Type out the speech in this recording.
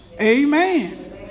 amen